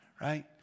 Right